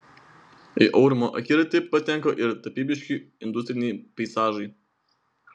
į aurimo akiratį patenka ir tapybiški industriniai peizažai